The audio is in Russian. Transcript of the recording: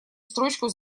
строчку